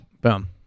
Boom